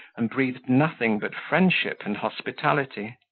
and breathed nothing but friendship and hospitality